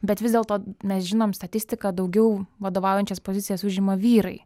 bet vis dėlto mes žinom statistiką daugiau vadovaujančias pozicijas užima vyrai